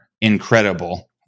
incredible